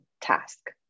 task